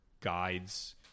guides